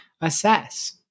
assess